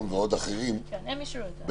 ואחרים --- הם אישרו את זה.